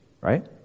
right